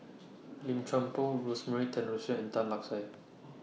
Lim Chuan Poh Rosemary Tessensohn and Tan Lark Sye